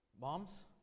moms